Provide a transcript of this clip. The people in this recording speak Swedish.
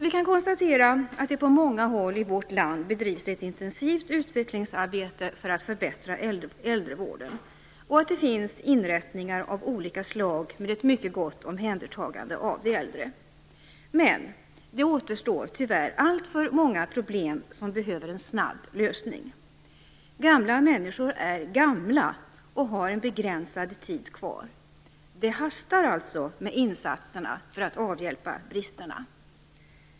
Vi kan konstatera att det på många håll i vårt land bedrivs ett intensivt utvecklingsarbete för att förbättra äldrevården och att det finns inrättningar av olika slag med ett mycket gott omhändertagande av de äldre. Men det återstår tyvärr alltför många problem som behöver en snabb lösning. Gamla människor är gamla och har en begränsad tid kvar. Det hastar alltså med insatserna för att avhjälpa bristerna.